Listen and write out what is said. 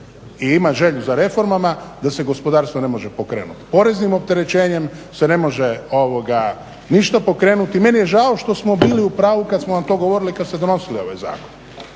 i imati želju za reformama da se gospodarstvo ne može pokrenuti. Poreznim opterećenjem se ne može ništa pokrenuti. Meni je žao što smo bili u pravu kad smo vam to govorili kad ste donosili ovaj zakon